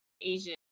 Asian